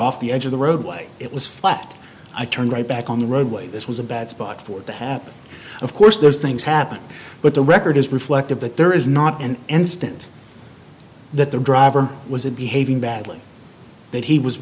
off the edge of the roadway it was flat i turned right back on the road way this was a bad spot for it to happen of course there's things happen but the record is reflective that there is not an instant that the driver was a behaving badly that he was